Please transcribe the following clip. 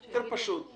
יותר פשוט.